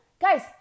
guys